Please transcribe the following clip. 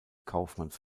kaufmanns